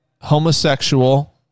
homosexual